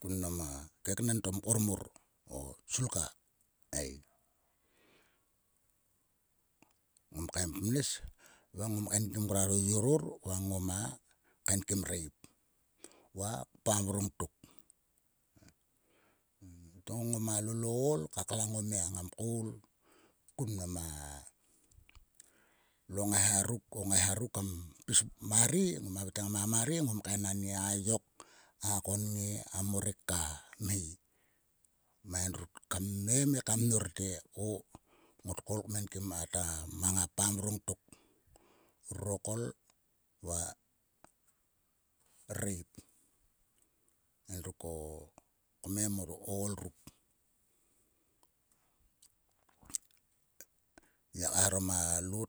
Kun mnam a keknen to mkor mor o sulka ei. Ngom kaem pnes va ngom kaenkim o yoror va ngoma kaenkim ireip va pam vrongtok. To ngoma lol o ool ka klang o mia ngam koul kun mnama lo ngaiha ruk. o ngaiha ruk kam pis mare. Ngoma havai te ngoma mare. ngom kaen onieruk a yok. a konnge. a morek ka mhe. Ma endruk kam me mar kam mnor te. o ngot koul kmenkim a mang a pam vrongtok. Rurokol va ireip. endruk o. kmem o ool ruk. Ngiak kaeharom a lot.